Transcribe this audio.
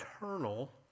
eternal